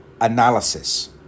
analysis